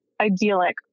idyllic